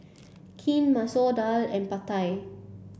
Kheer Masoor Dal and Pad Thai